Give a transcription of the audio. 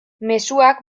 mezuak